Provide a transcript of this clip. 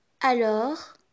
Alors